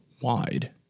wide